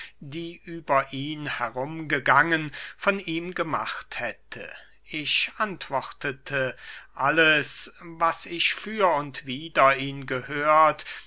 die über ihn herumgegangen von ihm gemacht hätte ich antwortete alles was ich für und wider ihn gehört